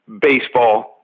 baseball